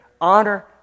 Honor